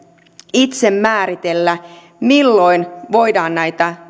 itse määritellä nämä alueet missä voidaan näitä